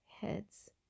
heads